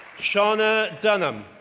shawna dunham,